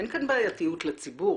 אין כאן בעייתיות לציבור.